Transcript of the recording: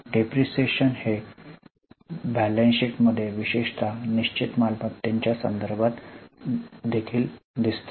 depreciation हे balance sheet मध्ये विशेषत निश्चित मालमत्त्तेच्या संदर्भात देखील दिसते